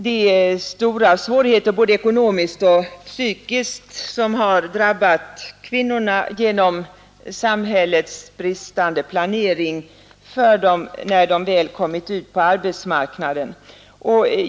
Det är stora svårigheter, både ekonomiskt och psykiskt, som har drabbat kvinnorna genom samhällets bristande planering för dem när de väl kommit ut på arbetsmarknaden.